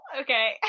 Okay